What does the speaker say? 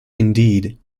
indeed